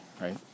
right